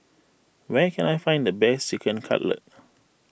where can I find the best Chicken Cutlet